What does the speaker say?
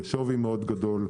בשווי מאוד גדול,